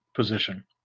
Position